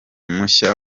mushya